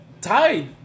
tied